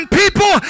people